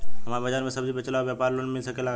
हमर बाजार मे सब्जी बेचिला और व्यापार लोन मिल सकेला?